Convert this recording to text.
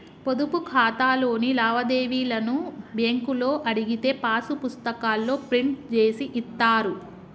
పొదుపు ఖాతాలోని లావాదేవీలను బ్యేంకులో అడిగితే పాసు పుస్తకాల్లో ప్రింట్ జేసి ఇత్తారు